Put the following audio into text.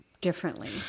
differently